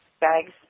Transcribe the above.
bags